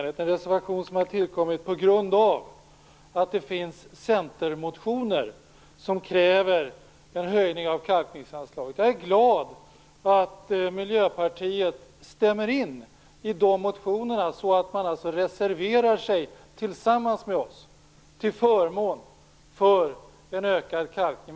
Det är en reservation som har tillkommit på grund av att det har avgetts centermotioner där det krävs en höjning av kalkningsanslaget. Jag är glad över att Miljöpartiet instämmer i dessa motionskrav så att man reserverar sig tillsammans med oss till förmån för en ökad kalkning.